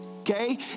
Okay